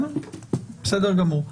בסדר גמור.